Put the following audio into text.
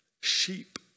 sheep